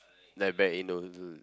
like back in older